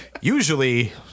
Usually